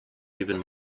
even